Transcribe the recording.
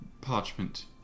parchment